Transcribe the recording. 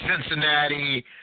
Cincinnati